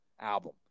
album